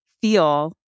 feel